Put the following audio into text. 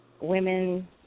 women